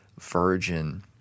virgin